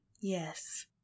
yes